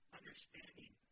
understanding